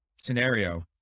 scenario